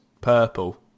purple